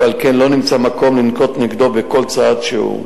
ועל כן לא נמצא מקום לנקוט נגדו צעד כלשהו.